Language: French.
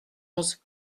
onze